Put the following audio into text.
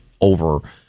over